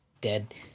dead